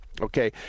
Okay